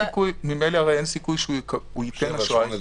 ממילא הרי אין סיכוי שהוא ייתן אשראי